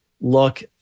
look